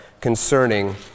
concerning